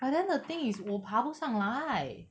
but then the thing is 我爬不上来